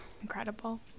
Incredible